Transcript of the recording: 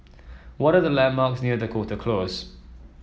what are the landmarks near the Dakota Close